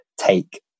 take